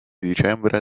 dicembre